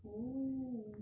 oh